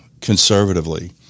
conservatively